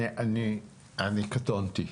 קטונתי.